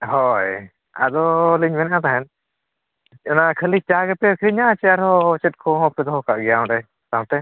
ᱦᱳᱭ ᱟᱫᱚ ᱞᱤᱧ ᱢᱮᱱᱮᱫᱟ ᱛᱟᱦᱮᱱ ᱚᱱᱟ ᱠᱷᱟᱹᱞᱤ ᱪᱟ ᱜᱮᱯᱮ ᱟᱹᱠᱷᱨᱤᱧᱟ ᱥᱮ ᱟᱨ ᱦᱚᱸ ᱪᱮᱫ ᱠᱚᱦᱚᱸ ᱯᱮ ᱫᱚᱦᱚ ᱠᱟᱜ ᱜᱮᱭᱟ ᱚᱸᱰᱮ ᱥᱟᱶᱛᱮ